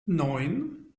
neun